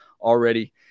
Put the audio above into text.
already